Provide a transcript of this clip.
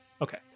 okay